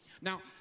Now